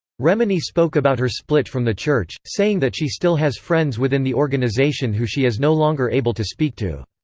remini spoke about her split from the church, saying that she still has friends within the organization who she is no longer able to speak to.